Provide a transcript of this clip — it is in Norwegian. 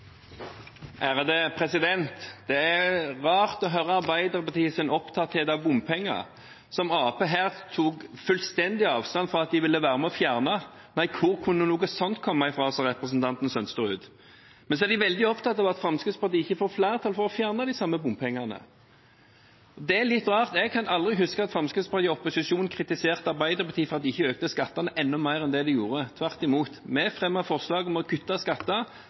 rart å høre Arbeiderpartiets opptatthet av bompenger, noe som Arbeiderpartiet her tok fullstendig avstand fra at de ville være med og fjerne. Nei, hvor kunne noe sånt komme fra, spurte representanten Sønsterud om. Men så er de veldig opptatt av at Fremskrittspartiet ikke får flertall for å fjerne de samme bompengene. Det er litt rart. Jeg kan aldri huske at Fremskrittspartiet i opposisjon kritiserte Arbeiderpartiet for at de ikke økte skattene enda mer enn de gjorde. Tvert imot: Vi fremmet forslag om å kutte skatter.